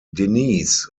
denise